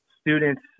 students